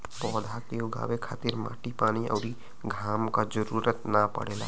पौधा के उगावे खातिर माटी पानी अउरी घाम क जरुरत ना पड़ेला